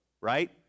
right